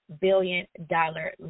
billion-dollar